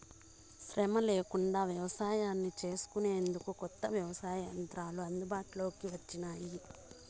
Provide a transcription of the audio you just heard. శ్రమ లేకుండా వ్యవసాయాన్ని చేసుకొనేందుకు కొత్త వ్యవసాయ యంత్రాలు అందుబాటులోకి వచ్చినాయి